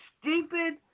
stupid